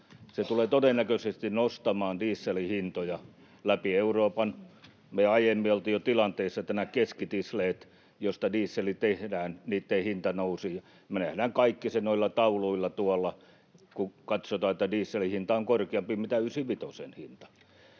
Se tulee todennäköisesti nostamaan dieselin hintoja läpi Euroopan. Me jo aiemmin oltiin tilanteessa, että keskitisleiden, joista diesel tehdään, hinta nousi. Me nähdään kaikki se noilla tauluilla tuolla, kun katsotaan, että dieselin hinta on korkeampi kuin ysivitosen hinta.